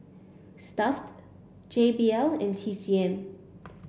Stuff'd J B L and T C M